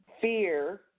fear